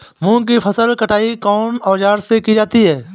मूंग की फसल की कटाई कौनसे औज़ार से की जाती है?